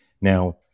Now